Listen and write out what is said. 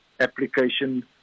application